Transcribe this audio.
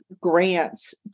grants